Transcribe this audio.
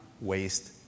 waste